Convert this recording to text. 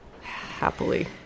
Happily